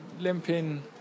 limping